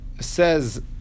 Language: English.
says